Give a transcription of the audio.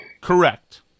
Correct